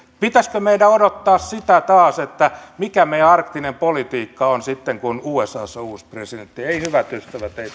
pitäisikö meidän odottaa taas että mikä meidän arktinen politiikka on sitten kun usassa on uusi presidentti ei hyvät ystävät ei